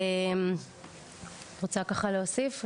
רוצה להוסיף?